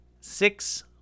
six